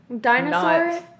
Dinosaur